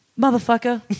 motherfucker